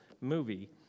movie